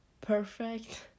perfect